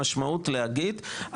המשמעות היא להגיד,